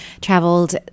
traveled